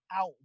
out